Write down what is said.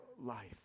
life